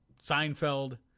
Seinfeld